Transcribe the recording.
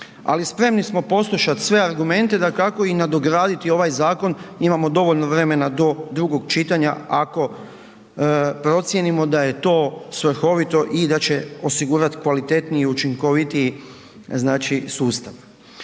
ali spremni smo poslušati sve argumente dakako i nadograditi ovaj zakon. Imamo dovoljno vremena do drugog čitanja ako procijenimo da je to svrhovito i da će osigurati kvalitetniji učinkovitiji znači